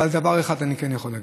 אבל דבר אחד אני כן יכול להגיד: